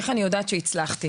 איך אני יודעת שהצלחתי?